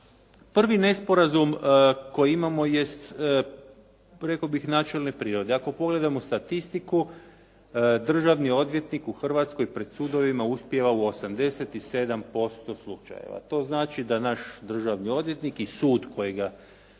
Prvi nesporazum koji imamo jest rekao bih načelne prirode. Ako pogledamo statistiku državni odvjetnik u Hrvatskoj pred sudovima uspijeva u 87% slučajeva. To znači da naš državni odvjetnik i sud kojega prati